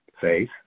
faith